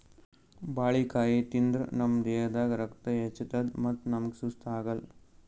ಬಾಳಿಕಾಯಿ ತಿಂದ್ರ್ ನಮ್ ದೇಹದಾಗ್ ರಕ್ತ ಹೆಚ್ಚತದ್ ಮತ್ತ್ ನಮ್ಗ್ ಸುಸ್ತ್ ಆಗಲ್